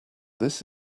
this